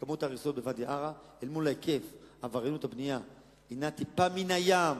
היקף ההריסות בוואדי-עארה אל מול היקף עבריינות הבנייה הוא טיפה מן הים,